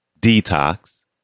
Detox